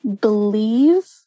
believe